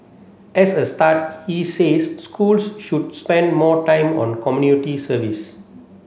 as a start he says schools should spend more time on community service